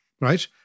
right